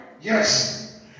Yes